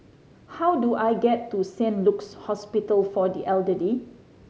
how do I get to Saint Luke's Hospital for the Elderly